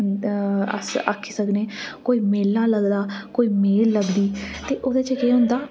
अस आक्खी सकने कोई मेला लगदा ते कोई मेल लगदी ते ओह्दे च केह् होंदा